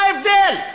מה ההבדל?